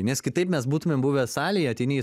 nes kitaip mes būtumėm buvę salėje ateini į